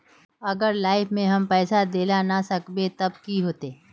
अगर लाइफ में हम पैसा दे ला ना सकबे तब की होते?